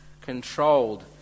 controlled